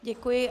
Děkuji.